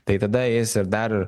tai tada jis ir dar